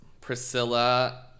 Priscilla